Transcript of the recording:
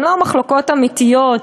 הן לא מחלוקות אמיתיות.